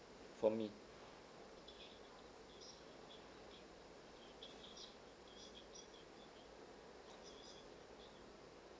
for me